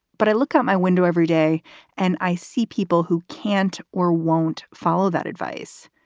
but i look out my window every day and i see people who can't or won't follow that advice.